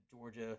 Georgia